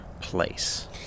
place